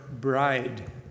Bride